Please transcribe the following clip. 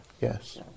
Yes